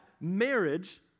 marriage